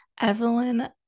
Evelyn